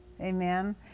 amen